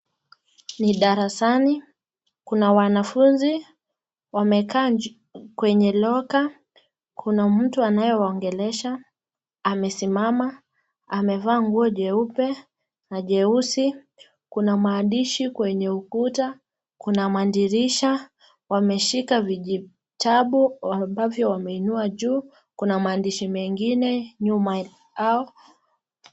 Ni darasani kuna wanafunzi wamekaa kwenye locker kuna mtu anayewaongelesha amesimama amevaa nguo jeupe na jeusi. Kuna maandishi kwenye ukuta, kuna madirisha, wameshika vijitabu ambavyo wameinua juu. Kuna maandishi mengine nyuma yao.